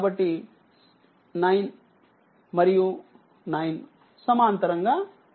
కాబట్టి 9 మరియు 9 సమాంతరంగా వున్నాయి